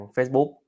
Facebook